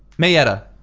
mayetta.